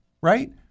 Right